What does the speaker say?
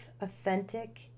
authentic